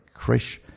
Krish